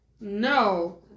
no